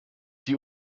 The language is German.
die